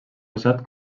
usat